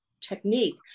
technique